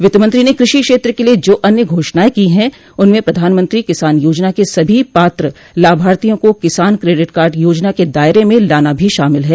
वित्तमंत्री ने कृषि क्षेत्र के लिए जो अन्य घोषणाएं की हैं उनमें प्रधानमंत्री किसान योजना के सभी पात्र लाभार्थियों को किसान क्रेडिट कार्ड योजना के दायरे में लाना भी शामिल है